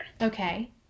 Okay